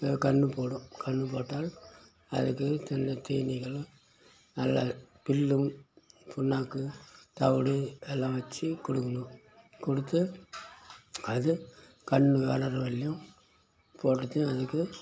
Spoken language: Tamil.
கன்று போடும் கன்று போட்டால் அதுக்கு நல்ல தீனிகளும் நல்ல புல்லும் புண்ணாக்கும் தவிடு எல்லாம் வச்சு கொடுக்கணும் கொடுத்து அது கன்று வளர்கிற வர்யும் போடுறதுக்கு அதுக்கு